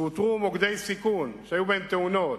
שבמקומות שאותרו מוקדי סיכון שהיו בהם תאונות